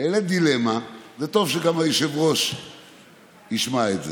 טוב שגם היושב-ראש ישמע את זה.